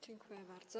Dziękuję bardzo.